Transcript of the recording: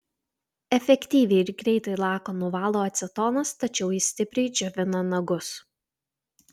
efektyviai ir greitai laką nuvalo acetonas tačiau jis stipriai džiovina nagus